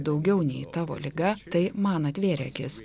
daugiau nei tavo liga tai man atvėrė akis